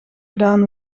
gedaan